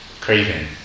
craving